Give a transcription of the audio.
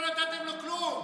לא נתתם לו כלום.